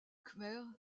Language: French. khmer